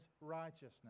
righteousness